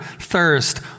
thirst